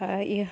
ᱟᱨ ᱤᱭᱟᱹ